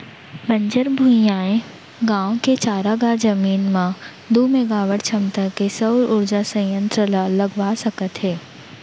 बंजर भुइंयाय गाँव के चारागाह जमीन म दू मेगावाट छमता के सउर उरजा संयत्र ल लगवा सकत हे